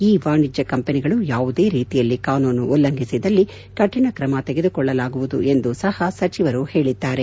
E ವಾಣಿಜ್ಯ ಕಂಪನಿಗಳು ಯಾವುದೇ ರೀತಿಯಲ್ಲಿ ಕಾನೂನು ಉಲ್ಲಂಘಿಸಿದ್ದಲ್ಲಿ ಕಠಿಣ ಕ್ರಮ ತೆಗೆದುಕೊಳ್ಳಲಾಗುವುದು ಎಂದೂ ಸಹ ಸಚಿವರು ಹೇಳಿದ್ದಾರೆ